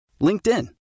LinkedIn